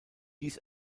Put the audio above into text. dies